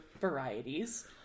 varieties